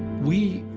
we,